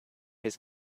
his